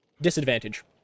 Disadvantage